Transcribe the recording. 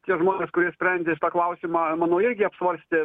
tie žmonės kurie sprendė šitą klausimą manau irgi apsvartsė